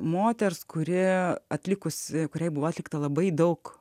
moters kuri atlikus kuriai buvo atlikta labai daug